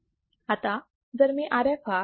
आता जर मी Rf हा 3